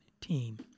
team